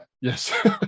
yes